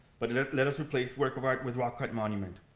but let let us replace work of art with rock cut monument.